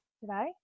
today